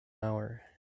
hour